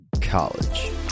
college